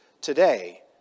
today